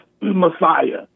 messiah